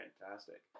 fantastic